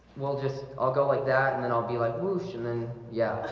we'll just i'll go like that and then i'll be like whoosh and then yeah,